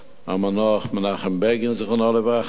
המנוח מנחם בגין, זכרו לברכה,